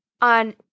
on